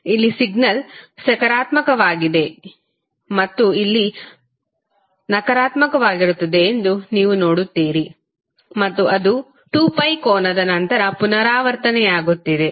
ಇಲ್ಲಿ ಸಿಗ್ನಲ್ ಸಕಾರಾತ್ಮಕವಾಗಿದೆ ಮತ್ತು ಇಲ್ಲಿ ಅದು ನಕಾರಾತ್ಮಕವಾಗಿರುತ್ತದೆ ಎಂದು ನೀವು ನೋಡುತ್ತೀರಿ ಮತ್ತು ಮತ್ತೆ ಅದು 2ಕೋನದ ನಂತರ ಪುನರಾವರ್ತನೆಯಾಗುತ್ತಿದೆ